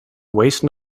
waste